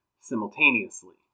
Simultaneously